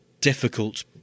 difficult